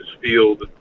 field